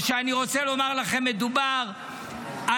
אני רוצה לומר לכם שמדובר על